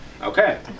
Okay